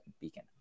Beacon